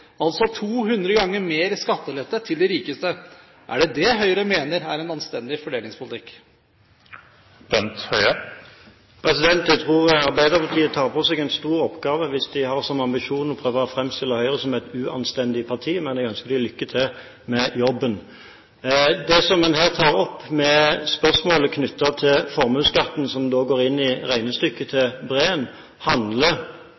altså 200 ganger mer skattelette til de rikeste. Er det dette Høyre mener er en anstendig fordelingspolitikk? Jeg tror Arbeiderpartiet tar på seg en stor oppgave hvis det har som ambisjon å prøve å fremstille Høyre som et uanstendig parti, men jeg ønsker det lykke til med jobben. Det som en her tar opp med spørsmålet knyttet til formuesskatten, som da går inn i regnestykket til